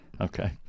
Okay